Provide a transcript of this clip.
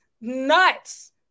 Nuts